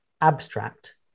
abstract